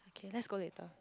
okay let's go later